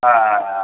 ஆ ஆ ஆ ஆ